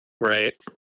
Right